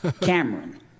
Cameron